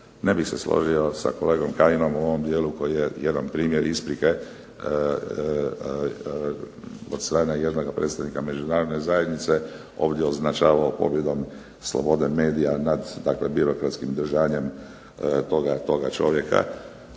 Ne bih se složio sa kolegom Kajinom u ovom dijelu koji je jedan primjer isprike od strane jednoga predstavnika Međunarodne zajednice ovdje označavao pobjedom slobode medije nad takvim birokratskim držanjem toga čovjeka